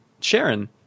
Sharon